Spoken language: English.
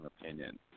opinion